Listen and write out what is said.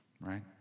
right